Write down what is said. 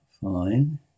Fine